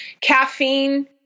Caffeine